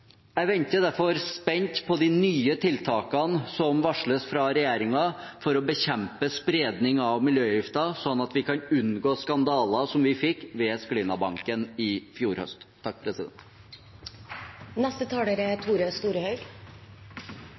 Jeg venter derfor spent på de nye tiltakene som varsles fra regjeringen for å bekjempe spredning av miljøgifter, slik at vi kan unngå skandaler som den vi fikk ved Sklinnabanken i fjor høst. La meg begynne med å takke saksordføraren for arbeidet. Dette er